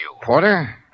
Porter